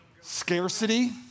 Scarcity